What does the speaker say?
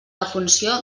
defunció